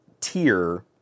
tier